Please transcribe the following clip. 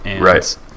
Right